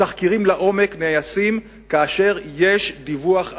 תחקירים לעומק נעשים כאשר יש דיווח אמין,